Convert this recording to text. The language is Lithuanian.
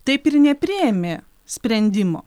taip ir nepriėmė sprendimo